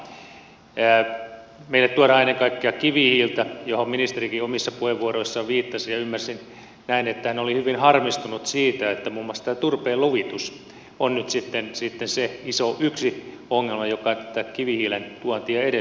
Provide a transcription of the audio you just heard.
meille tuodaan ennen kaikkea kivihiiltä mihin ministerikin omissa puheenvuoroissaan viittasi ja ymmärsin näin että hän oli hyvin harmistunut siitä että muun muassa tämä turpeen luvitus on nyt se yksi iso ongelma joka tätä kivihiilen tuontia edesauttaa